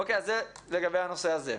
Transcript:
אוקיי, זה לגבי הנושא הזה.